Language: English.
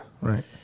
right